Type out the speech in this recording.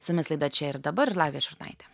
su jumis laida čia ir dabar lavija šurnaitė